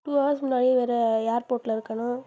two hours முன்னாடியே வேற ஏர்போர்ட்டில் இருக்கணும்